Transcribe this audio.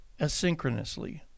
asynchronously